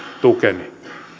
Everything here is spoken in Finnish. tukeni